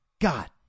God